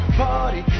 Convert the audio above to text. party